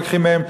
לוקחים מהן,